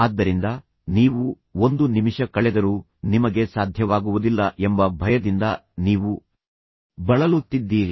ಆದ್ದರಿಂದ ನೀವು 1 ನಿಮಿಷ ಕಳೆದರೂ ನಿಮಗೆ ಸಾಧ್ಯವಾಗುವುದಿಲ್ಲ ಎಂಬ ಭಯದಿಂದ ನೀವು ಬಳಲುತ್ತಿದ್ದೀರಿ